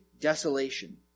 desolation